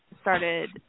started